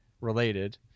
related